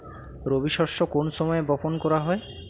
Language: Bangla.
রবি শস্য কোন সময় বপন করা হয়?